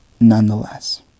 nonetheless